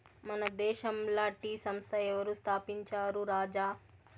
మన దేశంల టీ సంస్థ ఎవరు స్థాపించారు రాజా